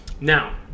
now